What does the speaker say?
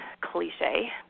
cliche